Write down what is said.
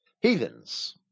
heathens